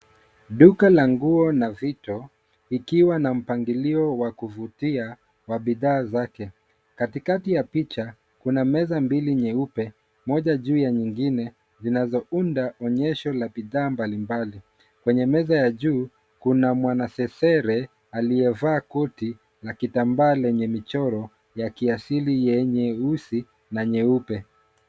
Duka la nguo na vito ikiwa na mpangilio wa kuvutia wa bidhaa zake. Katikati ya picha kuna meza mbili nyeupe moja juu ya nyingine zinazounda onyesho la bidhaa mbalimbali. Kwenye meza ya juu, kuna mwanasesere aliyevaa koti na kitambaa lenye michoro ya kiasili yenye nyeusi na nyeupe.